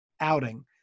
outing